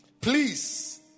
Please